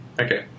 okay